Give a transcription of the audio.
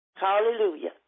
Hallelujah